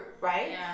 right